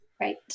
Right